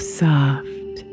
soft